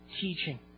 teaching